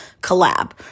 collab